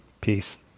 Peace